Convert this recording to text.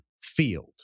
field